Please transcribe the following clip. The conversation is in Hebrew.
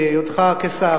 בהיותך שר,